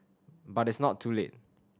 but it's not too late